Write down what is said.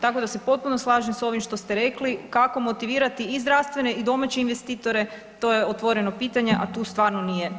Tako da se potpuno slažem s ovim što ste rekli kako motivirati i zdravstvene i domaće investitore to je otvoreno pitanje, a tu stvarno nije navedeno.